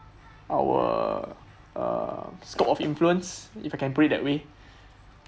our uh scope of influence if I can put it that way